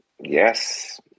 Yes